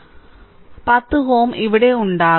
അതിനാൽ 10Ω ഇവിടെ ഉണ്ടാകും